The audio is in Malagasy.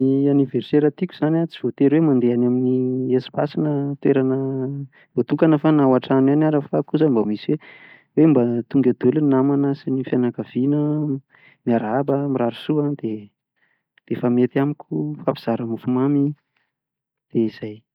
Ny aniversera tiako izany an tsy voatery hoe eny amin'ny espace na toerana voatokana fa na ao antrano izany ary fa kosa mba misy hoe hoe mba tonga eo daholo ny namana, ny fianakaviana, miarahaba mirary soa dia efa mety amiko mifampizara mofomamy, dia izay.